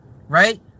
Right